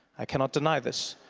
i cannot deny this.